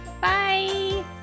Bye